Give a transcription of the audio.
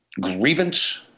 grievance